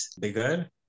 bigger